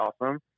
awesome